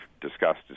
discussed